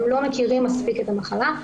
הם לא מכירים מספיק את המחלה,